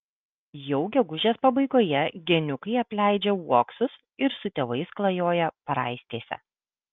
jau gegužės pabaigoje geniukai apleidžia uoksus ir su tėvais klajoja paraistėse